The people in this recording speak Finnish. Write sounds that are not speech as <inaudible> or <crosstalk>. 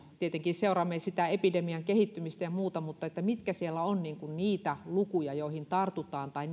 tietenkin seuraamme sitä epidemian kehittymistä ja muuta mutta mitkä siellä ovat niitä lukuja joihin tartutaan tai <unintelligible>